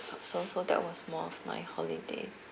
so so that was more of my holiday